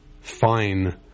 fine